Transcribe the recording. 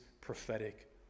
prophetic